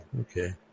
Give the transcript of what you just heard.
Okay